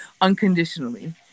unconditionally